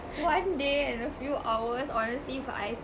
one day and a few hours honestly if I